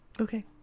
okay